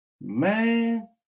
man